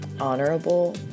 honorable